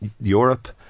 Europe